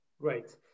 Great